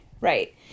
right